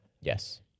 Yes